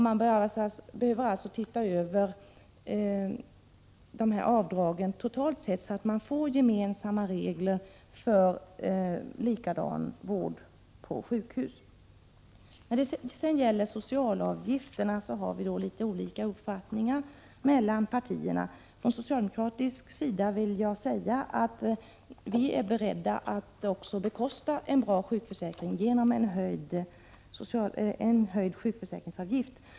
Man behöver alltså se över dessa avdrag totalt sett, så att man får gemensamma regler för likadan vård på sjukhus. När det sedan gäller socialavgifterna har vi olika uppfattningar i partierna. Från socialdemokratisk sida är vi beredda att bekosta en bra sjukförsäkring genom en höjd sjukförsäkringsavgift.